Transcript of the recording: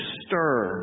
stir